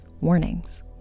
warnings